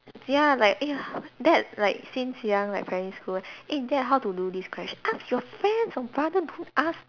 ya like eh how dad like since young like primary school eh dad how to do this question ask your friends or brother don't ask